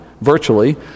virtually